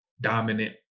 dominant